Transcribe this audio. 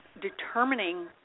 determining